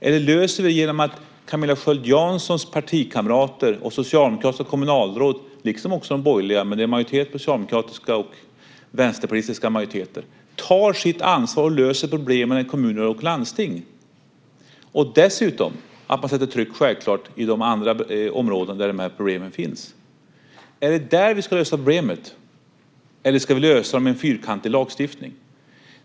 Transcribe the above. Eller löser vi det genom att Camilla Sköld Janssons partikamrater och socialdemokratiska kommunalråd - liksom också borgerliga, men det är en majoritet av socialdemokratiska och vänsterpartistiska majoriteter - tar sitt ansvar och löser problemen i kommuner och landsting? Dessutom måste man självfallet sätta tryck på de andra områden där de här problemen finns. Är det där vi ska lösa problemet? Eller ska vi lösa det med en fyrkantig lagstiftning?